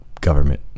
government